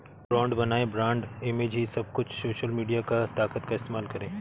brand बनाएं, brand image ही सब कुछ है, सोशल मीडिया की ताकत का इस्तेमाल करें